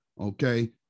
okay